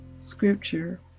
Scripture